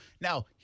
Now